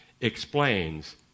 explains